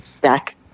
back